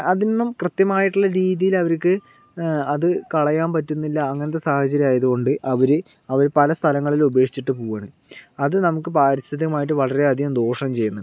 അതിൽ നിന്നും കൃത്യമായിട്ടുള്ള രീതിയിൽ അവർക്ക് അത് കളയാൻ പറ്റുന്നില്ല അങ്ങനത്തെ സാഹചര്യങ്ങളായതു കൊണ്ട് ഒരു അവർ പല സ്ഥലങ്ങളിലും ഉപേക്ഷിച്ചിട്ട് പോവ്വാണ് അത് നമുക്ക് പാരിസ്ഥിതികമായിട്ട് വളരെയധികം ദോഷം ചെയ്യുന്നുണ്ട്